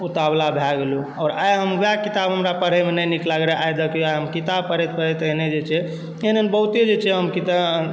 उतावला भऽ गेलहुँ आओर आइ हम वएह किताब हमरा पढ़ैमे नहि नीक लगैत रहै आइ देखिऔ आइ हम किताब पढ़ैत पढ़ैत एहने जे छै एहन एहन बहुते जे छै हम किताब